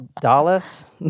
Dallas